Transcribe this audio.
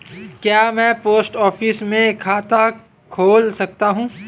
क्या मैं post office में खाता खोल सकता हूँ?